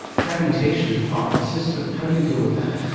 fragmentation is part of the system. how do you deal with that?